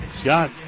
Scott